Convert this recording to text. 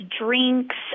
drinks